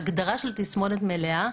ההגדרה של התסמונת המלאה,